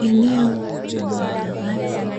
Eneo kubwa la wazi